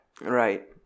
Right